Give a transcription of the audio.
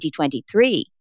2023